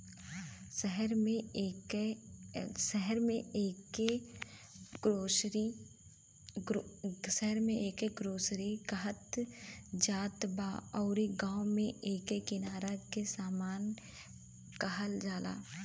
शहर में एके ग्रोसरी कहत जात बा अउरी गांव में एके किराना के सामान कहल जाला